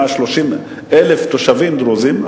130,000 תושבים דרוזים,